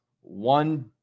one